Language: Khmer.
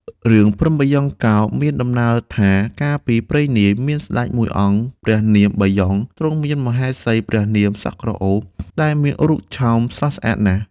រឿងភ្នំបាយ៉ង់កោមានដំណាលថា កាលពីព្រេងនាយ មានស្តេចមួយអង្គព្រះនាមបាយ៉ង់ ទ្រង់មានមហេសីព្រះនាមសក់ក្រអូប ដែលមានរូបឆោមស្រស់ស្អាតណាស់។